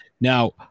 Now